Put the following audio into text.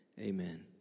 amen